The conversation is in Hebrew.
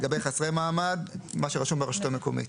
לגבי חסרי מעמד, הכתובת שרשומה ברשות המקומית.